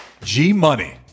G-Money